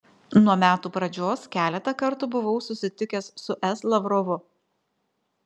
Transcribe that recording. nuo metų pradžios keletą kartų buvau susitikęs su s lavrovu